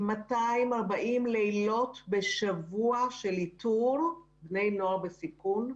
ל-240 לילות בשבוע של איתור בני נוער בסיכון.